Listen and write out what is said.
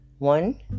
One